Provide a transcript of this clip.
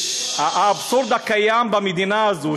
האבסורד הקיים במדינה הזאת,